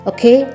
Okay